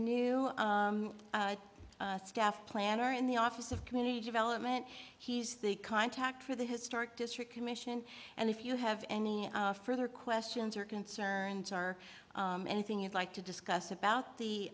new staff planner in the office of community development he's the contact for the historic district commission and if you have any further questions or concerns are anything you'd like to discuss about the